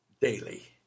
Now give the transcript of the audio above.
daily